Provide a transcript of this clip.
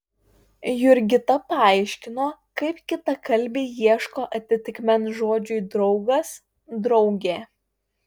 jurgita paaiškino kaip kitakalbiai ieško atitikmens žodžiui draugas draugė